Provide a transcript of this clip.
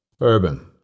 Urban